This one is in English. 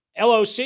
LOC